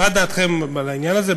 מה דעתכם על העניין הזה?